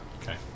Okay